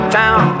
town